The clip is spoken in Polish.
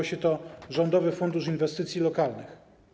Mówię o Rządowym Funduszu Inwestycji Lokalnych.